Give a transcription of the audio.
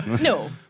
No